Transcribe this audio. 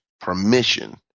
permission